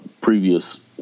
previous